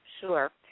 sure